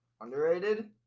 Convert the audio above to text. Underrated